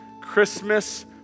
Christmas